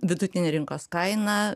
vidutinė rinkos kaina